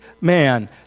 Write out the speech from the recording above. man